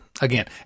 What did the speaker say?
Again